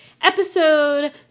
Episode